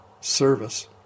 service